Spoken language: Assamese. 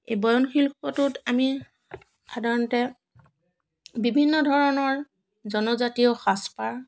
এই বয়ন শিল্পটোত আমি সাধাৰণতে বিভিন্ন ধৰণৰ জনজাতীয় সাজপাৰ